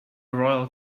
royal